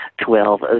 twelve